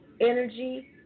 energy